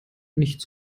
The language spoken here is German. nichts